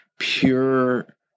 pure